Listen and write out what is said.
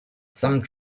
some